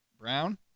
brown